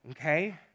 Okay